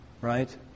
right